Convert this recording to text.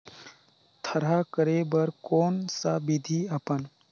थरहा करे बर कौन सा विधि अपन?